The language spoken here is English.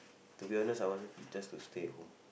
to be honest I want her to just to stay at home